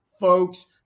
folks